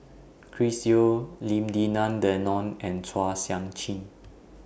Chris Yeo Lim Denan Denon and Chua Sian Chin